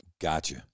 Gotcha